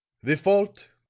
the fault,